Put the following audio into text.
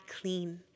clean